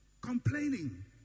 complaining